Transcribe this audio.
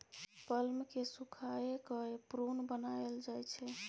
plum केँ सुखाए कए प्रुन बनाएल जाइ छै